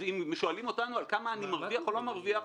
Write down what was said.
אז אם שואלים אותנו כמה אנחנו מרוויחים או לא מרוויחים,